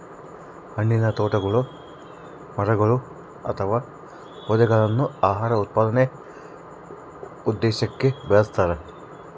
ಹಣ್ಣಿನತೋಟಗುಳಗ ಮರಗಳು ಅಥವಾ ಪೊದೆಗಳನ್ನು ಆಹಾರ ಉತ್ಪಾದನೆ ಉದ್ದೇಶಕ್ಕ ಬೆಳಸ್ತರ